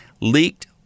leaked